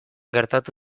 gertatu